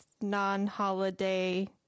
non-holiday